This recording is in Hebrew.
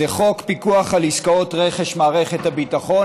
זה חוק פיקוח על עסקאות רכש מערכת הביטחון.